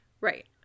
Right